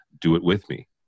do-it-with-me